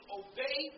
obey